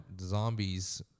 zombies